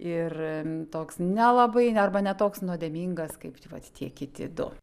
ir toks nelabai arba ne toks nuodėmingas kaip vat tie kiti du